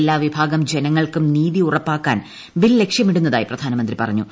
എല്ലാവിഭാഗം ജനങ്ങൾക്കും നീതി ഉറപ്പാക്കാൻ ബിൽ ലക്ഷ്യമിടുന്നതായി പ്രധാനമന്ത്രി പറഞ്ഞു